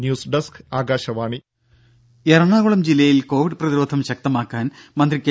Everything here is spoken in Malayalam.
ന്യൂസ്ഡസ്ക് ആകാശവാണി ദേദ എറണാകുളം ജില്ലയിൽ കോവിഡ് പ്രതിരോധം ശക്തമാക്കാൻ മന്ത്രി കെ